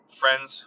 friends